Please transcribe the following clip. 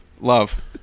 Love